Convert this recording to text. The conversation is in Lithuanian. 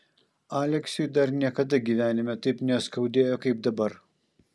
aleksiui dar niekada gyvenime taip neskaudėjo kaip dabar